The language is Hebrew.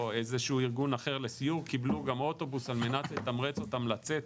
איזה שהוא ארגון אחר לסיור קיבלו גם אוטובוס על מנת לתמרץ אותם לצאת